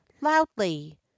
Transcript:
loudly